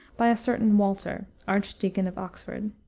by a certain walter, archdeacon of oxford.